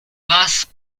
basses